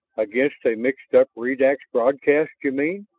against a mixed-up redax broadcast, you mean!